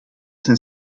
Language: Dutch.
zijn